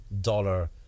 dollar